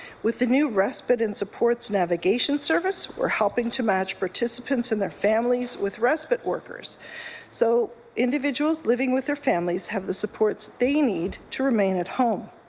with the new respite and supports navigation service we're helping to match participants and their families with respite workers so individuals living with their families have the supports they need to remain at home.